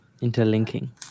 Interlinking